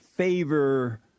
favor